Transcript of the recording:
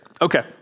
Okay